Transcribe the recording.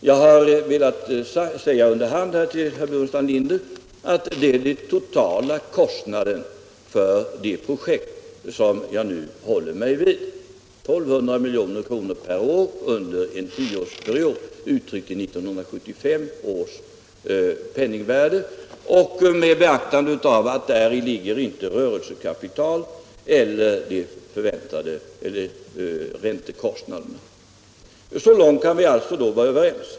Jag har under hand velat säga till herr Burenstam Linder att den totala kostnaden för de projekt jag nu uppehållit mig vid uppgår till 1 200 milj.kr. per år under en tioårsperiod uttryckt i 1975 års penningvärde och med beaktande av att däri ligger varken rörelsekapital eller räntekostnader. Så långt kan vi alltså vara överens.